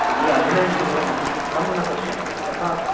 ये अभिनयं कुर्वन्नस्ति तं न पश्यन्ति अतः